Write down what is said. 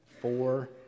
four